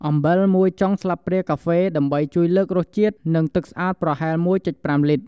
អំបិល ១ ចុងស្លាបព្រាកាហ្វេ ដើម្បីជួយលើករសជាតិ និងទឹកស្អាតប្រហែល ១.៥ លីត្រ។